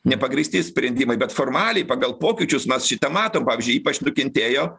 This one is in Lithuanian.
nepagrįsti sprendimai bet formaliai pagal pokyčius mes šitą matom pavyzdžiui ypač nukentėjo